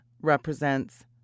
represents